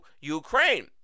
Ukraine